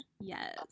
Yes